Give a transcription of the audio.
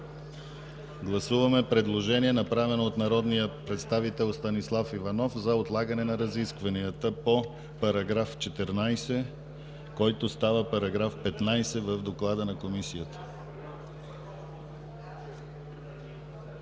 Гласуваме предложението на народния представител Станислав Иванов за отлагане на разискванията по § 14, който става § 15 в доклада на Комисията.